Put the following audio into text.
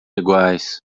iguais